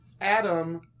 Adam